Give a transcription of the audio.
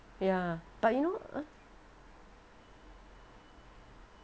ya but you know